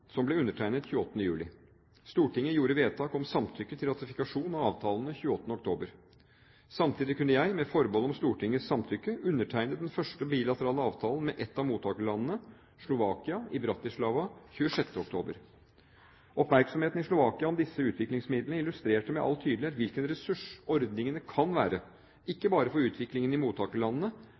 som ble undertegnet den 28. juli. Stortinget gjorde vedtak om samtykke til ratifikasjon av avtalene den 28. oktober. Samtidig kunne jeg, med forbehold om Stortingets samtykke, undertegne den første bilaterale avtalen med ett av mottakerlandene, Slovakia, i Bratislava den 26. oktober. Oppmerksomheten i Slovakia om disse utviklingsmidlene illustrerte med all tydelighet hvilken ressurs ordningene kan være, ikke bare for utviklingen i mottakerlandene,